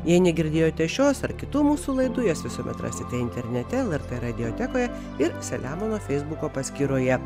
jei negirdėjote šios ar kitų mūsų laidų jas visuomet rasite internete lrt radiotekoje ir selemono feisbuko paskyroje